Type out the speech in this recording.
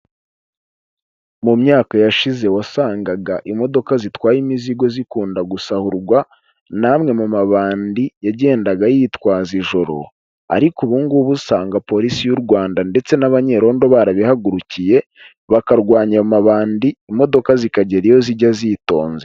Mu myaka yashize wasangaga imodoka zitwaye imizigo zikunda gusahurwa n'amwe mu mabandi yagendaga yitwaza ijoro ariko ubungubu usanga polisi y'u Rwanda ndetse n'abanyerondo barabihagurukiye bakarwanya amabandi imodoka zikagera iyo zijya zitonze.